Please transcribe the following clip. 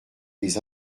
les